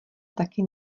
taky